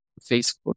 Facebook